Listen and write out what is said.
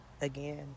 again